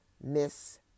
Miss